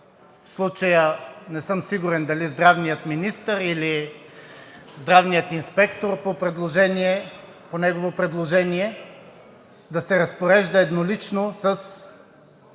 в случая не съм сигурен дали здравният министър, или здравният инспектор по неговото предложение, да се разпорежда еднолично с